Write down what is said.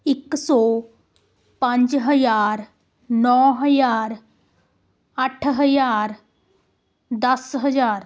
ਇੱਕ ਸੌ ਪੰਜ ਹਜ਼ਾਰ ਨੌ ਹਜ਼ਾਰ ਅੱਠ ਹਜ਼ਾਰ ਦਸ ਹਜ਼ਾਰ